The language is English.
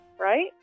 right